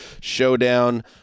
showdown